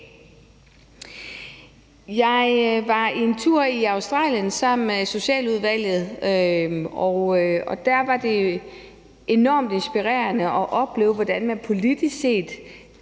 Jeg var en tur i Australien sammen med i Socialudvalget, og der var det enormt inspirerende at opleve, hvordan man politisk set